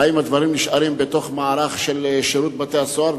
האם הדברים נשארים בתוך המערך של שירות בתי-הסוהר,